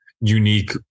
unique